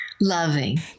loving